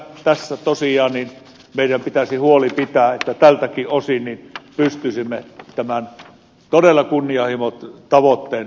tässä tosiaan meidän pitäisi huoli pitää siitä että tältäkin osin pystyisimme tämän todella kunnianhimoisen tavoitteen saavuttamaan